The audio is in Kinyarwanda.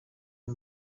uyu